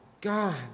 God